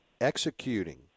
executing